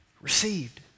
received